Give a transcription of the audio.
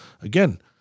Again